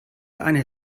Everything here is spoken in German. einer